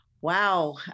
wow